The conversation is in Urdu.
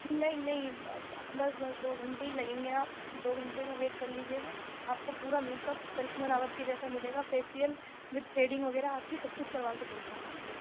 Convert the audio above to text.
نہیں نہیں بس بس دو گھنٹے ہی لگیں گے آپ دو گھنٹے کا ویٹ کر لیجیے گا آپ کو پورا میک اپ کرشما راوت کے جیسا ملے گا فیشیل ود تھریڈنگ وغیرہ آپ کی سب کچھ کروا کے دیں گے ہم آپ کو